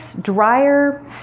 dryer